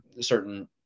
certain